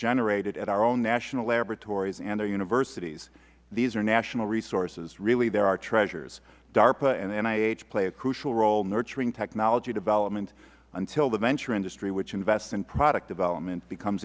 generated at our own national laboratories and our universities these are national resources really they're our treasures darpa and nih play a crucial role nurturing technology development until the venture industry which invests in product development becomes